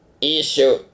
issue